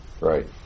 right